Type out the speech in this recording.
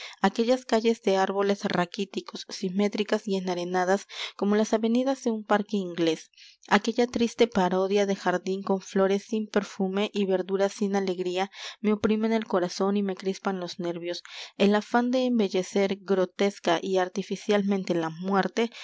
aquellas calles de árboles raquíticos simétricas y enarenadas como las avenidas de un parque inglés aquella triste parodia de jardín con flores sin perfume y verdura sin alegría me oprimen el corazón y me crispan los nervios el afán de embellecer grotesca y artificialmente la muerte